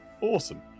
Awesome